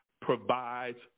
provides